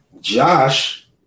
Josh